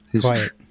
quiet